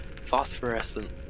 phosphorescent